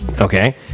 okay